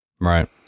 Right